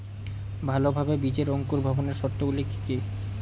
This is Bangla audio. ভালোভাবে বীজের অঙ্কুর ভবনের শর্ত গুলি কি কি?